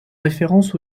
référence